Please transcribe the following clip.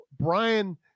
brian